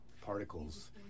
particles